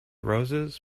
roses